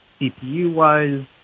CPU-wise